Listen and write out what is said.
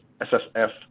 SSF